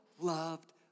loved